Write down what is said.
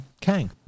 Kang